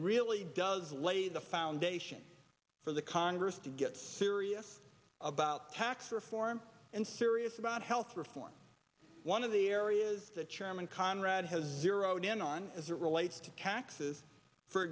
really does lay the foundation for the congress to get serious about tax reform and serious about health reform one of the areas that chairman conrad has zero down on as it relates to taxes for